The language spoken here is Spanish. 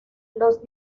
los